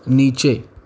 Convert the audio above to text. નીચે